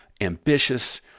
ambitious